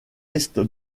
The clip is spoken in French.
est